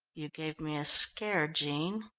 you gave me a scare, jean.